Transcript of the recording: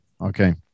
Okay